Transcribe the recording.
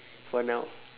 for now